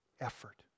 effort